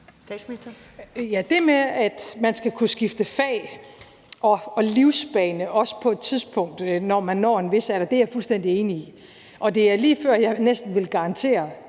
Det med, at man skal kunne skifte fag og livsbane, også på et tidspunkt, hvor man når en vis alder, er jeg fuldstændig enig i. Og det er lige før, jeg næsten vil garantere,